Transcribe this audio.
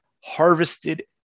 harvested